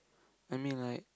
I mean like